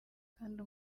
kandi